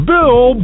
Bill